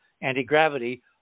anti-gravity